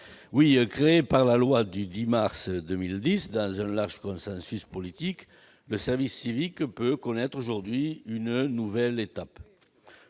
Créé par la loi du 10 mars 2010 dans un large consensus politique, le service civique peut connaître aujourd'hui une nouvelle étape.